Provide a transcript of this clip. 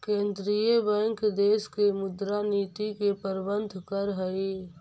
केंद्रीय बैंक देश के मुद्रा नीति के प्रबंधन करऽ हइ